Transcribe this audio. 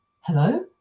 hello